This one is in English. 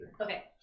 Okay